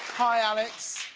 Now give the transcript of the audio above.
hi, alex.